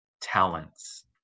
talents